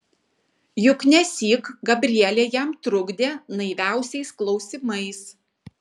juk nesyk gabrielė jam trukdė naiviausiais klausimais